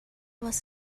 was